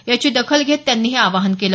याची दखल घेत त्यांनी हे आवाहन केलं